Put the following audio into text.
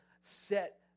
set